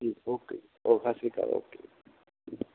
ਠੀਕ ਓਕੇ ਜੀ ਓ ਸਤਿ ਸ਼੍ਰੀ ਅਕਾਲ ਓਕੇ ਜੀ